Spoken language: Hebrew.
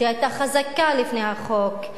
שהיא היתה חזקה לפני החוק,